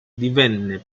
divenne